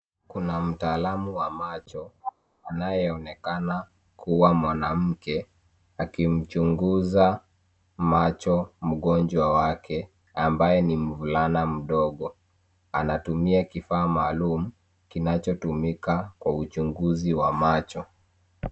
Kuna mtaalamu wa macho anayeonekana kuwa mwanamke akimchunguza macho mgonjwa wake ambaye ni mvulana mdogo. Anatumia kifaa maalum kinachotumika kwa uchunguzi wa macho.